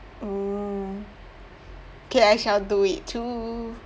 mm K I shall do it too